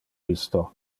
isto